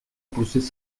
procés